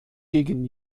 gegen